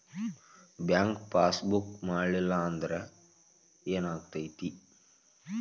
Bank passbook ಮಾಡಲಿಲ್ಲ ಅಂದ್ರೆ ಏನ್ ಆಗ್ತೈತಿ?